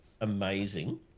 amazing